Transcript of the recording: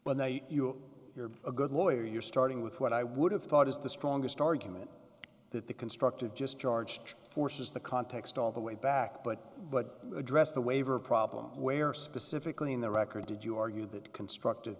but you're a good lawyer you're starting with what i would have thought is the strongest argument that the constructive just charged forces the context all the way back but but addressed the waiver problem where specifically in the record did you argue that constructive